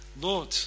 lord